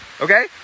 okay